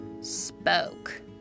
spoke